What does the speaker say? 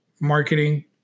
marketing